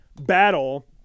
battle